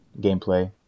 Gameplay